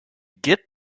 get